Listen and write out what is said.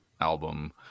album